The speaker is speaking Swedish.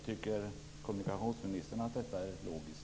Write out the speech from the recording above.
Tycker kommunikationsministern att detta är logiskt?